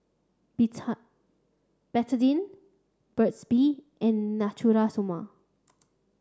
Betadine Burt's bee and Natura Stoma